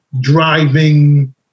driving